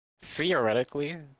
Theoretically